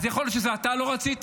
אז יכול להיות שאתה לא רצית,